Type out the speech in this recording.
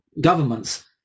governments